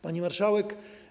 Pani Marszałek!